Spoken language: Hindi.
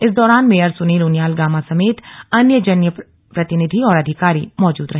इस दौरान मेयर सुनील उनियाल गामा समेत अन्य जनप्रतिनिधि और अधिकारी मौजूद रहे